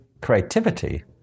creativity